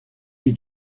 qui